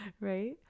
Right